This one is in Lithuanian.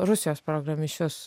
rusijos programišius